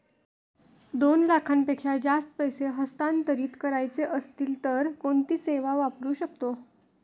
दोन लाखांपेक्षा जास्त पैसे हस्तांतरित करायचे असतील तर कोणती सेवा वापरू शकतो?